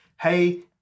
hey